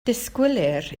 disgwylir